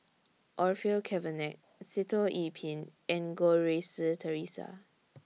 Orfeur Cavenagh Sitoh Yih Pin and Goh Rui Si Theresa